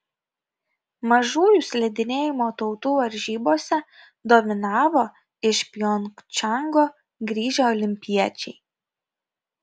mažųjų slidinėjimo tautų varžybose dominavo iš pjongčango grįžę olimpiečiai